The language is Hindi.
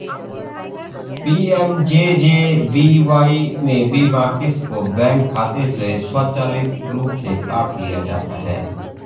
पी.एम.जे.जे.बी.वाई में बीमा क़िस्त को बैंक खाते से स्वचालित रूप से काट लिया जाता है